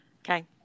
Okay